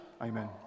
Amen